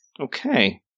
Okay